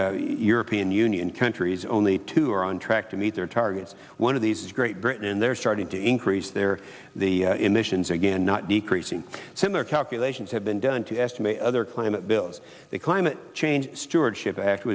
original european union countries only two are on track to meet their targets one of these is great britain and they're starting to increase their the emissions again not decreasing similar calculations have been done to estimate other climate bills the climate change stewardship act